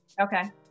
Okay